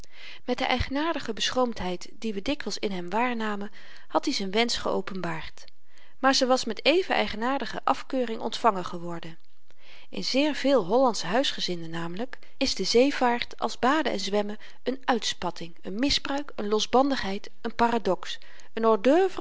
met de eigenaardige beschroomdheid die we dikwyls in hem waarnamen had i z'n wensch geopenbaard maar ze was met even eigenaardige afkeuring ontvangen geworden in zeer veel hollandsche huisgezinnen namelyk is de zeevaart als baden en zwemmen n uitspatting n misbruik n losbandigheid n paradox